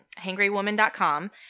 hangrywoman.com